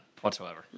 whatsoever